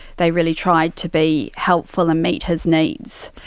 they really tried to be helpful and meet his needs.